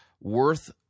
worth